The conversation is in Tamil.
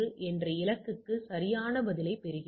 அதனால் மற்றும் அதை கூட்டவும்